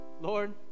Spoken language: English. Lord